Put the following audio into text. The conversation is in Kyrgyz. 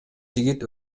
жигит